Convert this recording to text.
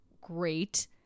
great